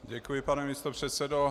Děkuji, pane místopředsedo.